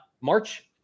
March